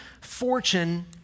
fortune